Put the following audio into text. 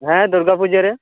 ᱦᱮᱸ ᱫᱩᱨᱜᱟᱯᱩᱡᱟ ᱨᱮ